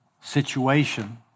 situation